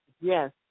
Yes